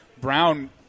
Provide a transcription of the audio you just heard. Brown